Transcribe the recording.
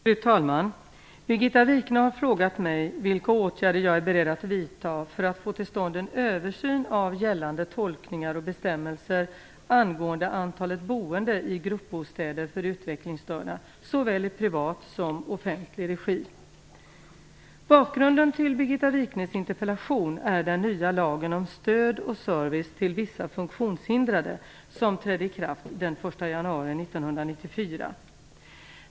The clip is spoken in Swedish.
Fru talman! Birgitta Wichne har frågat mig vilka åtgärder jag är beredd att vidta för att få till stånd en översyn av gällande tolkningar och bestämmelser angående antalet boende i gruppbostäder för utvecklingsstörda såväl i privat som i offentlig regi. 1 januari 1994.